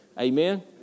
Amen